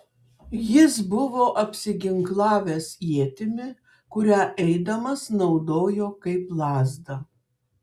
jis buvo apsiginklavęs ietimi kurią eidamas naudojo kaip lazdą